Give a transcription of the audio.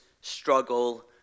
struggle